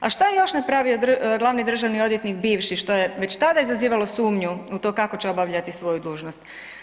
A što je još napravio glavni državni odvjetnik bivši, što je već tada izazivalo sumnju u to kako će obavljati svoju dužnost?